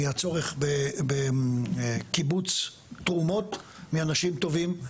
מהצורך בקיבוץ תרומות מאנשים טובים,